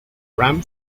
ram